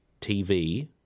TV